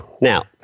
Now